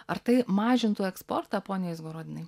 ar tai mažintų eksportą pone izgorodinai